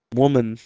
woman